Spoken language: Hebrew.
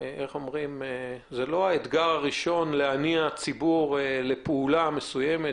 זה לא האתגר הראשון להנעת ציבור לפעולה מסוימת,